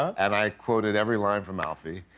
and i quoted every line from alfie.